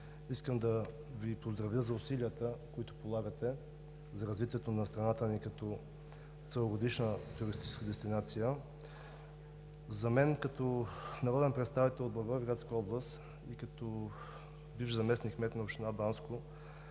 Искам да Ви поздравя за усилията, които полагате за развитието на страната ни като целогодишна туристическа дестинация. За мен, като народен представител от Благоевградска област и като бивш заместник-кмет на община Банско,